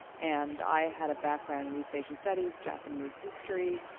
and i had a background in east asian studies, japanese history.